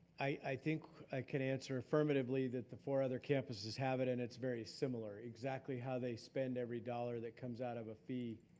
i think i can answer affirmatively that the four other campuses have it and it's very similar, exactly how they spend every dollar that comes out of a fee.